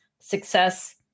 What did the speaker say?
Success